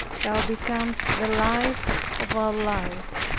thou becomest the life of our life,